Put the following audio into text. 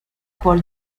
por